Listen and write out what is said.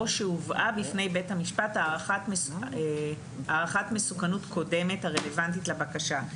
שהובאה בפני בית המשפט הערכת מסוכנות קודמת הרלוונטית לבקשה".